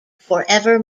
forever